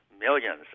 millions